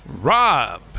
Rob